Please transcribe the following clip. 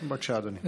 בבקשה, אדוני.